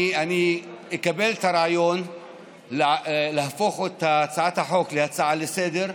אני אקבל את הרעיון להפוך את הצעת החוק להצעה לסדר-היום,